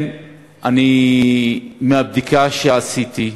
מהבדיקה שעשיתי,